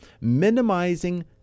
minimizing